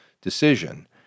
decision